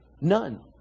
None